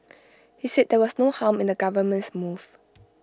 he said there was no harm in the government's move